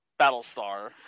Battlestar